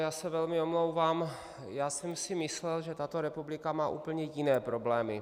Já se velmi omlouvám, já jsem si myslel, že tato republika má úplně jiné problémy.